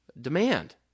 Demand